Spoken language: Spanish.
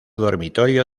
dormitorio